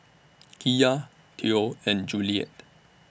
Kiya Theo and Juliette